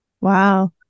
Wow